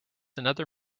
another